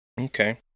Okay